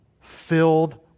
filled